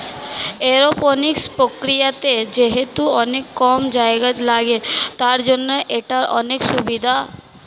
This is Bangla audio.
এরওপনিক্স প্রক্রিয়াতে যেহেতু অনেক কম জায়গা লাগে, তার জন্য এটার অনেক সুভিধা